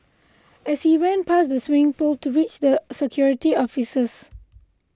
as she ran past the swimming pool to reach their security officers